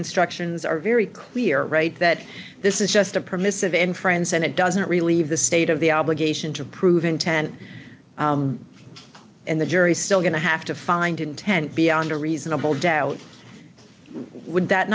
instructions are very clear right that this is just a permissive end friend senate doesn't relieve the state of the obligation to prove intent and the jury's still going to have to find intent beyond a reasonable doubt would that